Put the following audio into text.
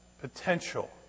potential